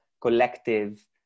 collective